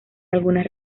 algunas